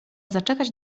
zaczekać